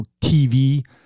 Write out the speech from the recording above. TV